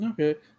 Okay